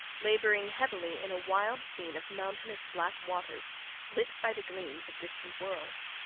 labouring heavily in a wild scene of mountainous black waters lit by the gleams of distant worlds.